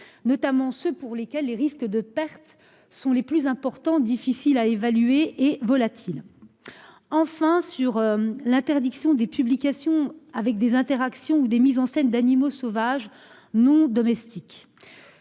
Notamment ceux pour lesquels les risques de pertes sont les plus importants. Difficile à évaluer et volatile. Enfin, sur l'interdiction des publications avec des interactions ou des mises en scène d'animaux sauvages non domestique.